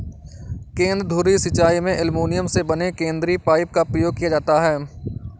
केंद्र धुरी सिंचाई में एल्युमीनियम से बने केंद्रीय पाइप का प्रयोग किया जाता है